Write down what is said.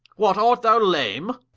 what, art thou lame?